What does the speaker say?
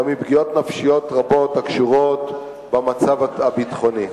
גם מפגיעות נפשיות רבות הקשורות במצב הביטחוני.